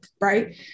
right